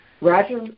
Roger